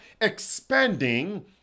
expanding